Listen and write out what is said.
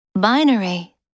Binary